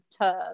term